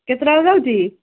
କେତେଟାବେଳେ ଯାଉଛି